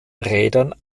rädern